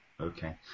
Okay